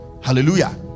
Hallelujah